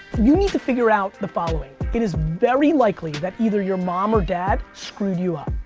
you need to figure out the following it is very likely that either your mom or dad screwed you up,